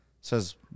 says